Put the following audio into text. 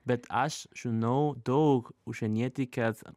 bet aš žinau daug užsienietį kad